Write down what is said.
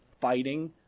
fighting